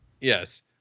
Yes